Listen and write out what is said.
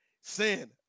sin